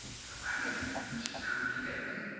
the wagon which is coming to get me.